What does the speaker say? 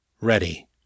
Ready